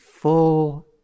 full